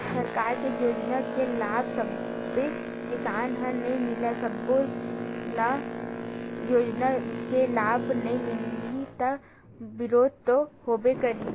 सरकार के योजना के लाभ सब्बे किसान ल नइ मिलय, सब्बो ल योजना के लाभ नइ मिलही त बिरोध तो होबे करही